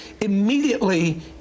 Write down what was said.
Immediately